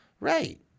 Right